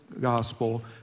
gospel